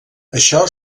això